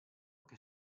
che